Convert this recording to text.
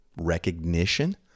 recognition